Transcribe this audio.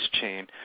chain